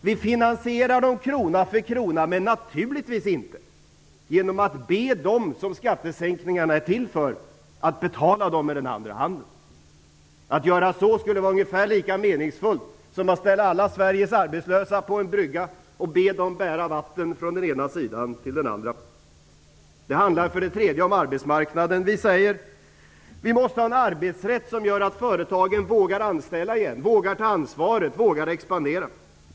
Vi finansierar dem krona för krona, men naturligtvis inte genom att be dem som skattesänkningarna är till för att betala dem med den andra handen. Att göra så skulle vara ungefär lika meningsfullt som att ställa alla Sveriges arbetslösa på en brygga och be dem bära vatten från den ena sidan till den andra. Det handlar för det tredje om arbetsmarknaden. Vi säger: Vi måste ha en arbetsrätt som gör att företagen vågar anställa igen , vågar ta ansvaret och vågar expandera.